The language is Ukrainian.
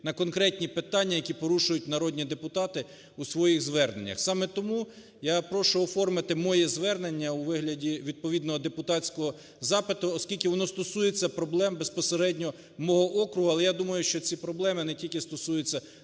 на конкретні питання, які порушують народні депутати у своїх зверненнях. Саме тому я прошу оформити моє звернення у вигляді відповідного депутатського запиту. Оскільки воно стосується проблем безпосередньо мого округу. Але я думаю, що ці проблеми не тільки стосуються